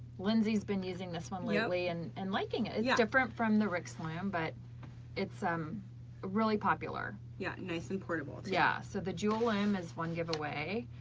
lindsay's been using this one lately and and liking it. it's different from the ricks loom, but it's um really popular. yeah nice and portable, too. yeah so the jewel loom is one giveaway,